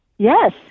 Yes